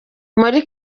muri